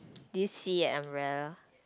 did you see an umbrella